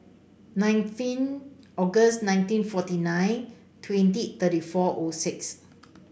nineteen August nineteen forty nine twenty thirty four O six